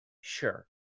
Sure